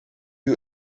you